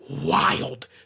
wild